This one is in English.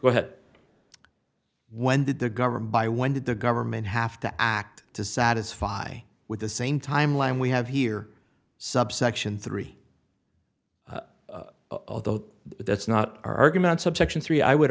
because when did the government buy when did the government have to act to satisfy with the same timeline we have here subsection three although that's not our argument subsection three i would